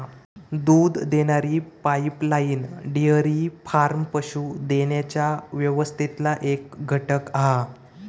दूध देणारी pipeline dairy farm पशू देण्याच्या व्यवस्थेतला एक घटक हा